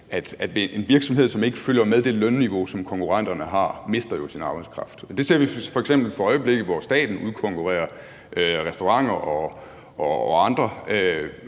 at en virksomhed, som ikke følger med det lønniveau, som konkurrenterne har, jo mister sin arbejdskraft. Det ser vi f.eks. for øjeblikket, hvor staten udkonkurrerer restauranter og andre,